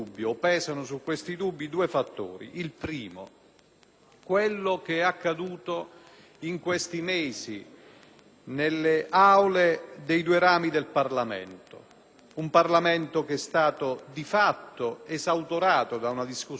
è ciò che accaduto in questi mesi nelle Aule dei due rami del Parlamento, che è stato di fatto esautorato da una discussione approfondita del settore.